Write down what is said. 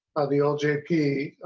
the o j p a.